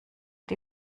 die